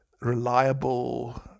reliable